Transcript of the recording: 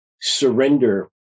surrender